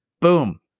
Boom